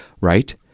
Right